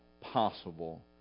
possible